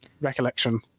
recollection